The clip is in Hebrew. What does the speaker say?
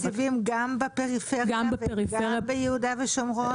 אתם מציבים גם בפריפריה, גם ביהודה ושומרון?